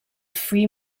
free